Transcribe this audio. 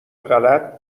غلط